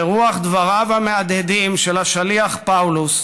ברוח דבריו המהדהדים של השליח פאולוס: